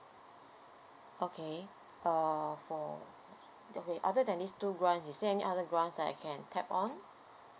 okay err for okay other than these two grants is there any other grants that I can tap on